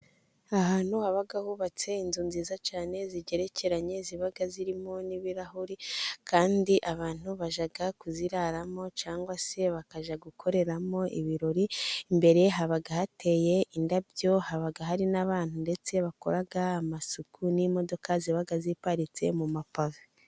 Ahantu haba hubatse inzu nziza cyane zigerekeranye ziba zirimo n'ibirahuri kandi abantu bajya kuzirararamo cyangwa se bakajya gukoreramo ibirori; imbere haba hateye indabyo haba hari n'abantu ndetse bakora amasuku n'imodoka ziba ziparitse mu mapave.